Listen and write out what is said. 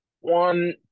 one